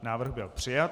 Návrh byl přijat.